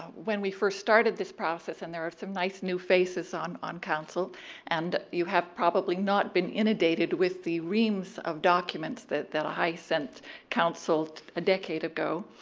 when we first started this process and there are some nice new faces on council council and you have probably not been inundated with the reames of documents that that i sent council a decade ago,